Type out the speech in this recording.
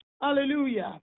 Hallelujah